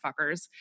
fuckers